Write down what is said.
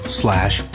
slash